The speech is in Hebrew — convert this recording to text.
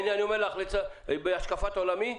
לפי השקפת עולמי,